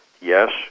Yes